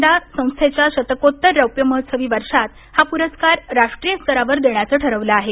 यंदा संस्थेच्या शतकोत्तर रौप्य महोत्सवी वर्षात हा पुरस्कार राष्ट्रीय स्तरावर देण्याचं ठरवलं आहे